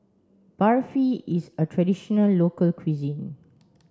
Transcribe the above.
Barfi is a traditional local cuisine